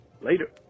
Later